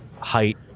height